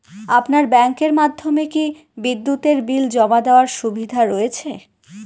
আপনার ব্যাংকের মাধ্যমে কি বিদ্যুতের বিল জমা দেওয়ার সুবিধা রয়েছে?